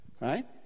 Right